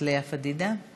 הערבים היא מאוד גבוהה.